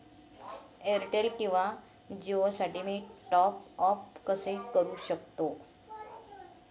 Airtel किंवा जिओसाठी मी टॉप ॲप कसे करु शकतो?